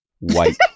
white